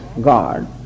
God